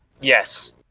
Yes